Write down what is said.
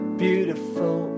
beautiful